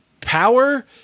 power